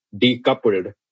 decoupled